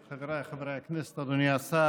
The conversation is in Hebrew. חבריי חברי הכנסת, אדוני השר,